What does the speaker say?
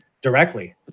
directly